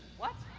what?